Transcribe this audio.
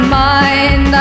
mind